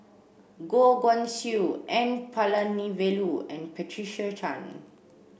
Goh Guan Siew N Palanivelu and Patricia Chan